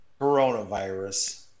coronavirus